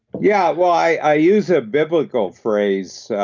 yeah, well, i use a biblical phrase.